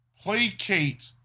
placate